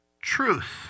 truth